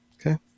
Okay